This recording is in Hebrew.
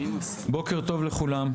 בוקר טוב לכולם,